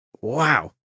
wow